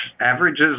averages